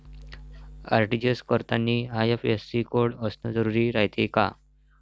RTGS करतांनी IFSC code असन जरुरी रायते का?